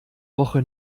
woche